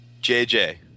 JJ